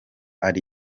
ari